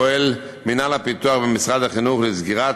פועל מינהל הפיתוח במשרד החינוך לסגירת